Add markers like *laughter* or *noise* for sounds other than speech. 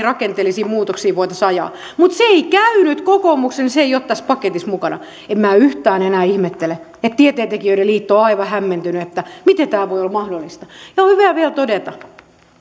*unintelligible* rakenteellisia muutoksia voitaisiin ajaa jos joudutaan säästämään mutta kun se ei käynyt kokoomukselle niin se ei ole tässä paketissa mukana en minä yhtään enää ihmettele että tieteentekijöiden liitto on on aivan hämmentynyt siitä miten tämä voi olla mahdollista ja on hyvä vielä todeta